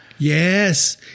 Yes